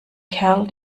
kerl